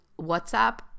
whatsapp